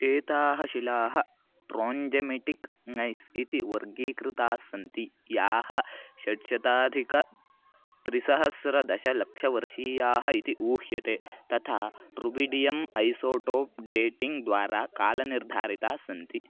एताः शिलाः नैस् इति वर्गीकृतास्सन्ति याः षड्शताधिकत्रिसहस्रदशलक्षवर्षीयाः इति ऊह्यते तथा रुबिडियम् ऐसोटोप् डेटिङ्ग् द्वारा कालनिर्धारितास्सन्ति